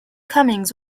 cummings